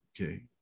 Okay